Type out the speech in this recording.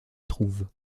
trouve